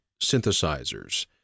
synthesizers